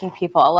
people